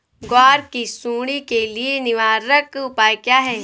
ग्वार की सुंडी के लिए निवारक उपाय क्या है?